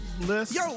list